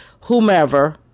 whomever